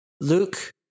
Luke